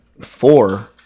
four